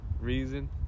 reason